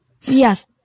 Yes